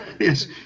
yes